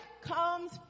comes